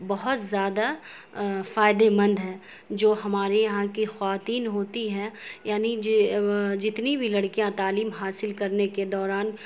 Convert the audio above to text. بہت زیادہ فائدہ مند ہے جو ہمارے یہاں کی خواتین ہوتی ہے یعنی جتنی بھی لڑکیاں تعیلم حاصل کرنے کے دوران